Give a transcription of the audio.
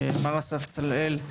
מר אסף צלאל,